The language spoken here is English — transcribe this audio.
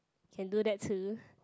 can do that too